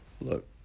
look